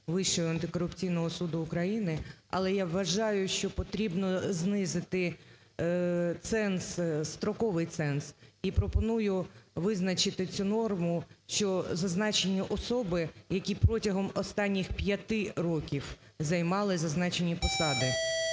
Вищого антикорупційного суду України, але я вважаю, що потрібно знизити ценз, строковий ценз, і пропоную визначити цю норму, що зазначені особи, які протягом останніх п'яти років займали зазначені посади.